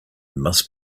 must